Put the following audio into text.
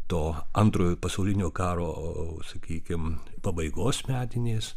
to antrojo pasaulinio karo sakykim pabaigos metinės